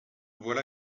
voilà